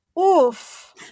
Oof